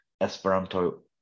Esperanto